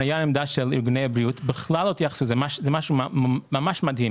הייתה עמדה של ארגוני בריאות וזה משהו ממש מדהים,